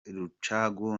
rucagu